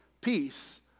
peace